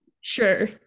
Sure